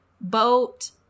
boat